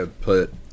put